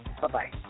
Bye-bye